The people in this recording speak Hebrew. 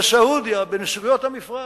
בסעודיה, בנסיכויות המפרץ.